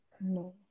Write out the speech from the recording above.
No